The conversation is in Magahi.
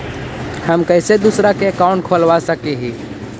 हम कैसे दूसरा का अकाउंट खोलबा सकी ही?